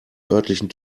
örtlichen